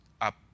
up